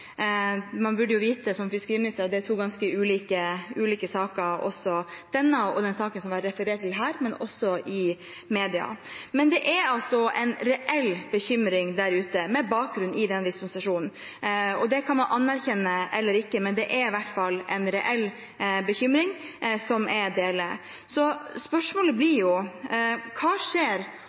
Man burde jo vite som fiskeriminister at det er to ganske ulike saker, denne saken og den saken som var referert til her, men også i media. Men det er altså en reell bekymring der ute, med bakgrunn i den dispensasjonen. Det kan man anerkjenne eller ikke, men det er i hvert fall en reell bekymring som jeg deler. Så spørsmålet blir: Hva skjer